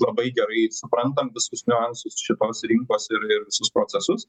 labai gerai suprantam visus niuansus šitos rinkos ir ir visus procesus